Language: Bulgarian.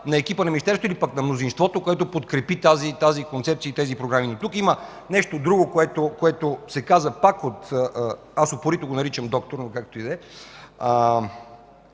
на екипа на Министерството и на мнозинството, което подкрепи концепцията и тези програми. Тук има нещо друго, което се каза пак от... – упорито го наричам доктор, но както и да